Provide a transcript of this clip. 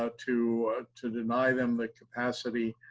ah to to deny them the capacity